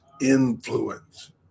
influence